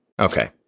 Okay